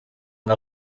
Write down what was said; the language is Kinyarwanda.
ngo